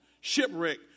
Shipwreck